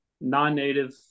non-native